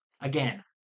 again